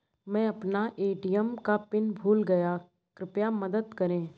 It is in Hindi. मै अपना ए.टी.एम का पिन भूल गया कृपया मदद करें